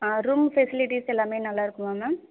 room facilities எல்லாமே நல்லா இருக்குமா மேம்